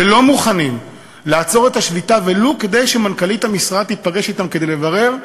ולא מוכנים לעצור את השביתה ולו כדי שמנכ"לית המשרד תיפגש אתם כדי לברר,